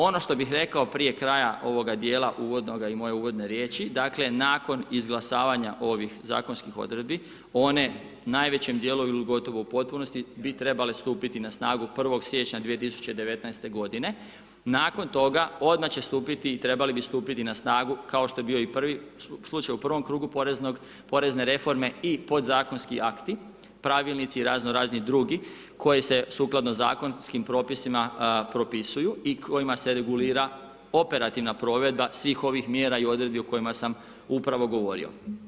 Ono što bi rekao prije kraja ovoga dijela, uvodnoga i moje uvodne riječi, dakle, nakon izglasavanja ovih zakonskih odredbi, one najvećim dijelovima ili gotovo u potpunosti bi trebale stupiti na snagu 1.sječnja 2019. g. nakon toga odmah će stupiti i trebali bi stupiti na snagu, kao što je bio i prvi slučaju u prvom krugu porezne reforme i podzakonski akti, pravilnici razno razni i drugi, koji se sukladno zakonskim propisima propisuju i kojima se regulira operativna provedba svih ovih mjera i odredbi o kojima sam upravo govorio.